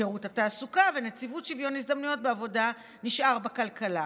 שירות התעסוקה ונציבות שוויון הזדמנויות בעבודה נשארים בכלכלה,